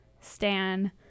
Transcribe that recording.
stan